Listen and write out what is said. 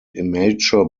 immature